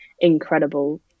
incredible